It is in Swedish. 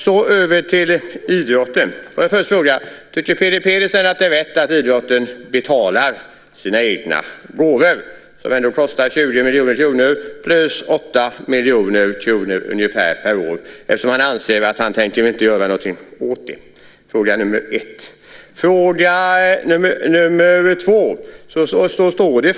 Så över till idrotten. Tycker Peter Pedersen att det är rätt att idrotten betalar sina egna gåvor? Det kostar ändå 20 miljoner plus 8 miljoner kronor per år. Han tänker inte göra någonting åt det. Det är fråga nummer ett. Fråga nummer två är följande.